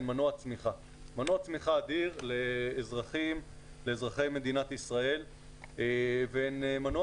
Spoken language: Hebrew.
הם מנוע צמיחה אדיר לאזרחי מדינת ישראל והם מנוע